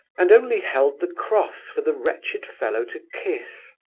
and only held the cross for the wretched fellow to kiss.